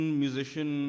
musician